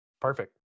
Perfect